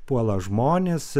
puola žmones